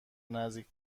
نزدیک